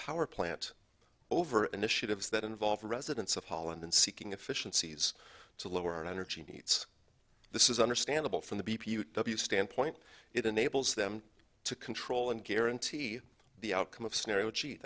power plant over initiatives that involve residents of holland and seeking efficiencies to lower energy needs this is understandable from the standpoint it enables them to control and guarantee the outcome of scenario that